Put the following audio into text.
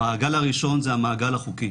המעגל הראשון זה המעגל החוקי